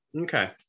Okay